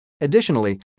Additionally